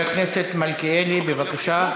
חבר הכנסת מלכיאלי, בבקשה.